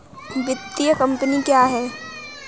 वित्तीय कम्पनी क्या है?